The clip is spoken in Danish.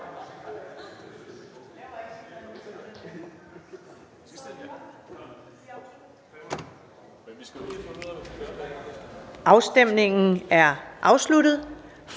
Afstemningen er afsluttet.